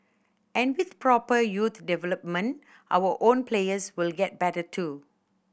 and with proper youth development our own players will get better too